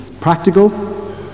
practical